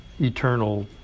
eternal